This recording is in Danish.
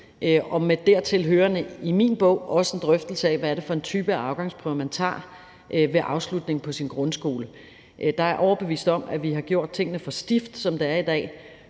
er en dertilhørende drøftelse af, hvad det er for en type af afgangsprøver, man tager ved afslutningen på sin grundskole. Der er jeg overbevist om, at vi har gjort tingene for stift, som det er i dag.